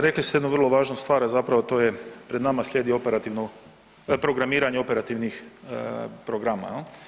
Rekli ste jednu vrlo važnu stvar, a zapravo to je pred nama slijedi programiranje operativnih programa.